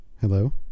hello